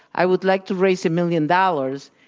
i would like to raise a million dollars,